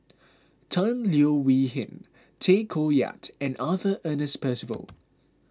Tan Leo Wee Hin Tay Koh Yat and Arthur Ernest Percival